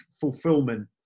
fulfillment